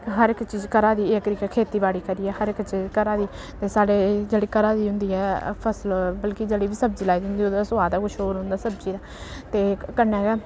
हर इक चीज घरा दी इक दिक्खो खेती बाड़ी करियै हर इक चीज घरा दी ते साढ़ी जेह्ड़ी घरा दी होंदी ऐ फसल बल्कि जेह्ड़ी बी सब्जी लाई दी होंदी ओह्दा सोआद गै कुछ होर होंदा सब्जी दा ऐ ते कन्नै गै